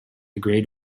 grade